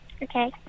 Okay